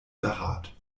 behaart